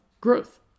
growth